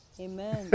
Amen